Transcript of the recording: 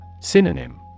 Synonym